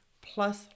plus